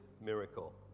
miracle